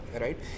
right